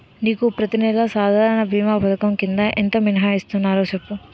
నీకు ప్రతి నెల సాధారణ భీమా పధకం కింద ఎంత మినహాయిస్తన్నారో సెప్పు